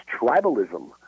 tribalism